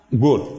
Good